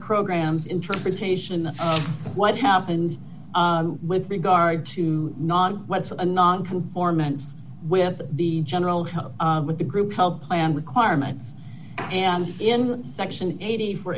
programs interpretation of what happens with regard to non what's a nonconformance with the general with the group help plan requirements and in section eighty for